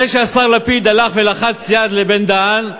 זה שהשר לפיד הלך ולחץ יד לבן-דהן,